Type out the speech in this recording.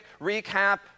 recap